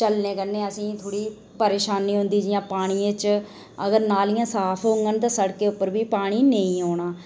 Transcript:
चलने कन्नै असेंगी थोह्ड़ी परेशानी औंदी पानियें च अगर नालियां साफ होङन तां ते सड़कें पर बी पानी नेईं औना